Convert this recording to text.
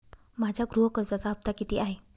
माझ्या गृह कर्जाचा हफ्ता किती आहे?